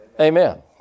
Amen